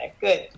Good